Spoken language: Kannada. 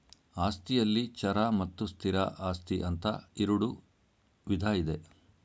ಆಸ್ತಿಯಲ್ಲಿ ಚರ ಮತ್ತು ಸ್ಥಿರ ಆಸ್ತಿ ಅಂತ ಇರುಡು ವಿಧ ಇದೆ